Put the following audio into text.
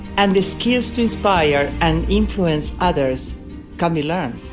and the skills to inspire and influence others can be learned.